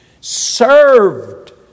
served